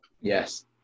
Yes